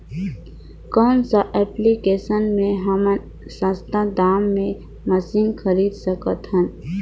कौन सा एप्लिकेशन मे हमन सस्ता दाम मे मशीन खरीद सकत हन?